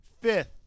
fifth